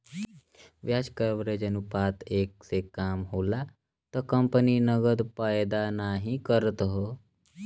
ब्याज कवरेज अनुपात एक से कम होला त कंपनी नकदी पैदा नाहीं करत हौ